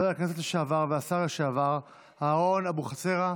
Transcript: הכנסת לשעבר והשר לשעבר אהרן אבוחצירא.